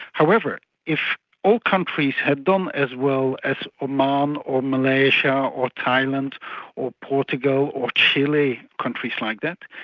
however if all countries had done as well as oman or malaysia or thailand or portugal or chile, countries like that,